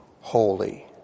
holy